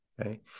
Okay